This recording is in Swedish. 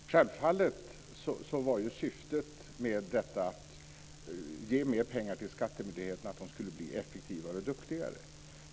Fru talman! Självfallet var syftet med att ge mer pengar till skattemyndigheterna att de skulle bli effektivare och duktigare.